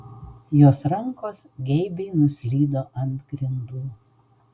jos rankos geibiai nuslydo ant grindų